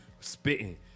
spitting